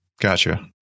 Gotcha